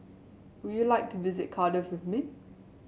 would you like to visit Cardiff with me